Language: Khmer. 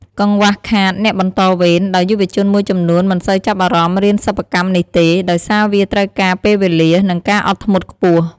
កង្វះខាតអ្នកបន្តវេន ដោយយុវជនមួយចំនួនមិនសូវចាប់អារម្មណ៍រៀនសិប្បកម្មនេះទេ ដោយសារវាត្រូវការពេលវេលា និងការអត់ធ្មត់ខ្ពស់។